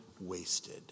wasted